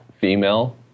female